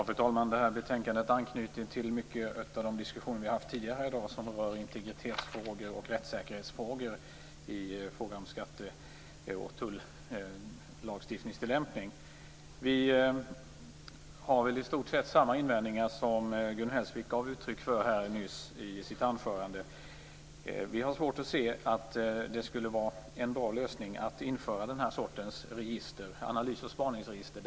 Fru talman! Det här betänkandet anknyter mycket till de diskussioner vi har haft tidigare i dag om integritets och rättssäkerhetsfrågor i fråga om tillämpning av skatte och tullagstiftning. Vi har i stort sett samma invändningar som Gun Hellsvik nyss gav uttryck för i sitt anförande. Vi har svårt att se att det skulle vara en bra lösning att införa denna sorts analys och spaningsregister.